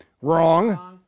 Wrong